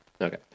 Okay